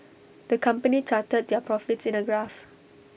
the company charted their profits in A graph